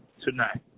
tonight